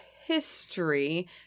history